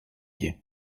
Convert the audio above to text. you